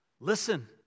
Listen